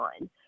on